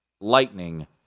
lightning